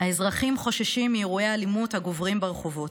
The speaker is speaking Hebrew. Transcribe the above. האזרחים חוששים מאירועי האלימות הגוברים הרחובות.